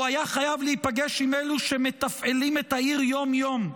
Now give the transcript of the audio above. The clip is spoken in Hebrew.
הוא היה חייב להיפגש עם אלו שמתפעלים את העיר יום-יום.